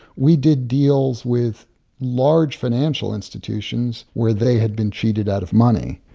we did deals with large financial institutions where they had been cheated out of money.